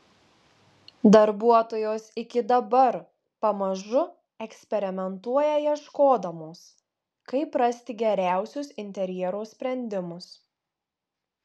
darbuotojos iki dabar pamažu eksperimentuoja ieškodamos kaip rasti geriausius interjero sprendimus